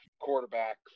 quarterback